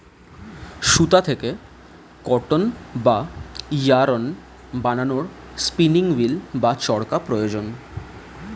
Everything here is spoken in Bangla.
সুতা থেকে কটন বা ইয়ারন্ বানানোর স্পিনিং উঈল্ বা চরকা প্রয়োজন